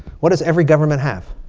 what does every government have?